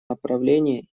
направлении